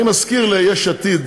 אני מזכיר ליש עתיד